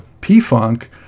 P-Funk